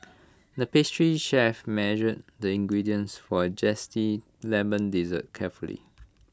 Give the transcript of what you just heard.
the pastry chef measured the ingredients for A Zesty Lemon Dessert carefully